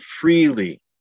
freely